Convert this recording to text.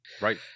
Right